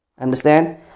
understand